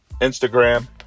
Instagram